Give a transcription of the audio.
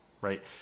right